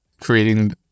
creating